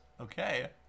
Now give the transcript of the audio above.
Okay